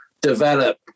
develop